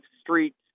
streets